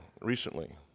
recently